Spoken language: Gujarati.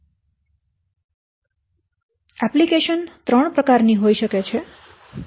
એપ્લિકેશન ત્રણ પ્રકાર ની હોઈ શકે છે